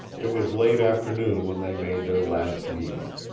it was late afternoon when they made their last meal.